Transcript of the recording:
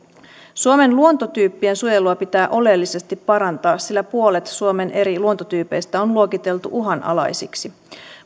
suomen luontotyyppien suojelua pitää oleellisesti parantaa sillä puolet suomen eri luontotyypeistä on luokiteltu uhanalaisiksi